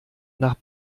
nach